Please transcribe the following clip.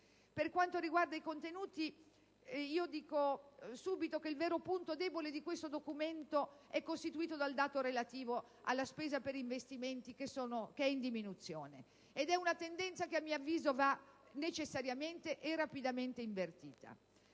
Per quanto riguarda i contenuti, dico subito che il vero punto debole di questo documento è costituito dal dato relativo alla spesa per investimenti, che è in diminuzione: una tendenza che a mio avviso va necessariamente e rapidamente invertita.